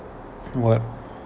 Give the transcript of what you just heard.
what